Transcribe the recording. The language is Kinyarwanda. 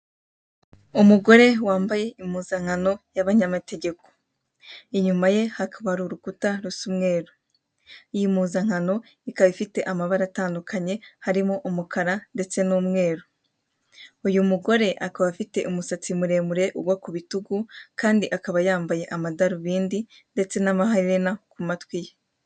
Umugore wambaye impuzankano y'abanyamategeko inyuma ye hakaba ahari urukuta rw'imweru ,iy'impuzankano ikaba ifite amabara atandukanye harimo umukara ndetse n'umweru, uyu mugore akaba afite umusatsi muremure ugwa kubitugu kandi akaba yambaye amadarubindi ndetse n'amaherena kumatwi ye.